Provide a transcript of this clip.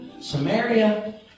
Samaria